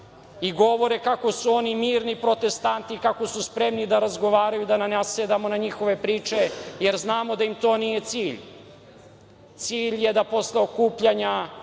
i govore kako su oni mirni protestanti, kako su spremni da razgovaraju, da ne nasedamo na njihove priče, jer znamo da im to nije cilj. Cilj je da posle okupljanja